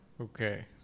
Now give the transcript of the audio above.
okay